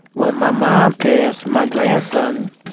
when my mom passed, my grandson,